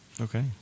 Okay